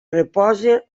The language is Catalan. reposa